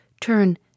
turn